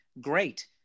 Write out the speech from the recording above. great